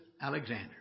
Alexander